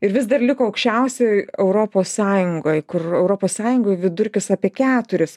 ir vis dar liko aukščiausioj europos sąjungoj kur europos sąjungoj vidurkis apie keturis